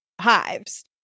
hives